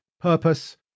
purpose